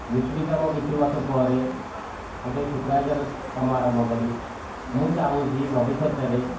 ମିସ୍ତ୍ରୀ କାମ କିଛି ବର୍ଷ ପରେ ଗୋଟିଏ ସୁପରଭାଇଜର କାମ ଆରମ୍ଭ କଲି ମୁଁ ଚାହୁଁଛି ଭବିଷ୍ୟତରେ